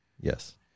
yes